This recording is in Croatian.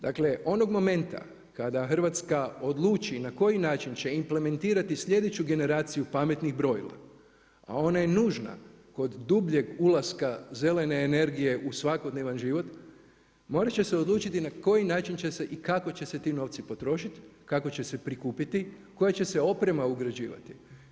Dakle onog momenta kada Hrvatska odluči na koji način će implementirati sljedeću generaciju pametnih brojila a ona je nužna kod dubljeg ulaska zelene energije u svakodnevan život, morati će se odlučiti na koji način će se i kako će se ti novci potrošiti, kako će se prikupiti, koja će se oprema ugrađivati.